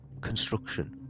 construction